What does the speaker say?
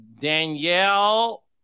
Danielle